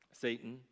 Satan